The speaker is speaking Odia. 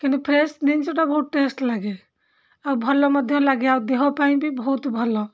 କିନ୍ତୁ ଫ୍ରେଶ୍ ଜିନିଷଟା ବହୁତ ଟେଷ୍ଟ ଲାଗେ ଆଉ ଭଲ ମଧ୍ୟ ଲାଗେ ଆଉ ଦେହ ପାଇଁ ବି ବହୁତ ଭଲ